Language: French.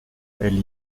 elle